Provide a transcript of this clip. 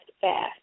Fast